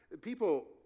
people